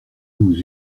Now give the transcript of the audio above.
douze